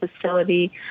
facility